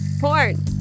Porn